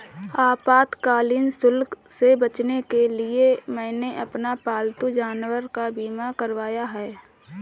आपातकालीन शुल्क से बचने के लिए मैंने अपने पालतू जानवर का बीमा करवाया है